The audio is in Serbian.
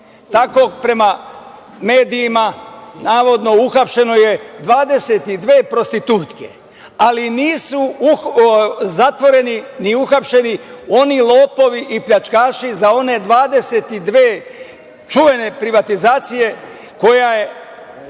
Tako, prema medijima, navodno, uhapšeno je 22 prostitutke, ali nisu zatvoreni, ni uhapšeni oni lopovi i pljačkaši za one 22 čuvene privatizacije kojima je